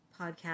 podcast